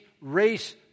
race